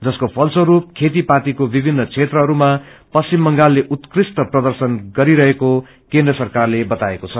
जसको फलस्वस्र खेतीपातीको विभिन्न पक्षहरूमा पश्चिम बंगाल उत्कृष्ट प्रर्दशन गरिरहेको केन्द्र सरकारले बताएको छ